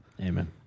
Amen